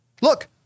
Look